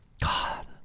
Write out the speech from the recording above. God